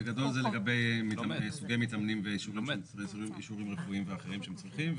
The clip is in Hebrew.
בגדול זה לגבי סוגי מתאמנים ואישורים רפואיים ואחרים שהם צריכים.